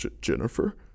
Jennifer